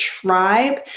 tribe